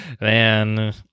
man